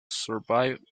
survive